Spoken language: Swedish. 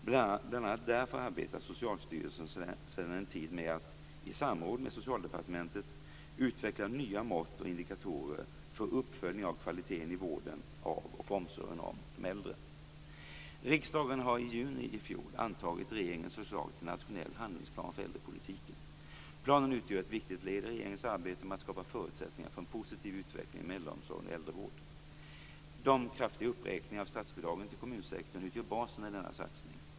Bl.a. därför arbetar Socialstyrelsen sedan en tid med att - i samråd med Riksdagen har i juni i fjol antagit regeringens förslag till nationell handlingsplan för äldrepolitiken. Planen utgör ett viktigt led i regeringens arbete med att skapa förutsättningar för en positiv utveckling inom äldreomsorg och äldrevård. De kraftiga uppräkningarna av statsbidragen till kommunsektorn utgör basen i denna satsning.